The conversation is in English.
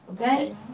okay